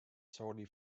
solely